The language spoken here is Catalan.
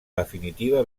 definitiva